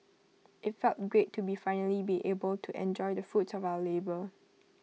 IT felt great to finally be able to enjoy the fruits of our labour